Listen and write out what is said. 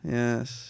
yes